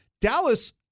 Dallas